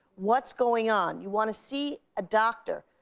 what's going on. you wanna see a doctor.